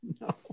No